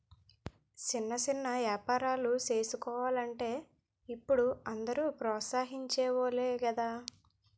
సిన్న సిన్న ఏపారాలు సేసుకోలంటే ఇప్పుడు అందరూ ప్రోత్సహించె వోలే గదా